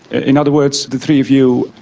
in other words, the three of you,